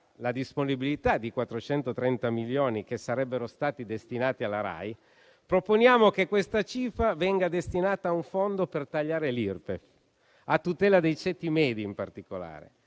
la disponibilità di 430 milioni che sarebbero stati destinati alla Rai, proponiamo che questa cifra venga destinata a un fondo per tagliare l'Irpef, a tutela dei ceti medi in particolare.